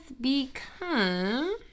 become